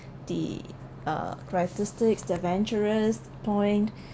the uh characteristics the adventurous point